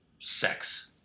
Sex